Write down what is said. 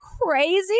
crazy